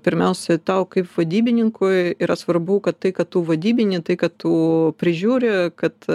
pirmiausia tau kaip vadybininkui yra svarbu kad tai kad vadybinį tai kad tu prižiūri kad